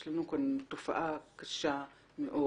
יש לנו כאן תופעה קשה מאוד,